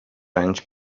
anys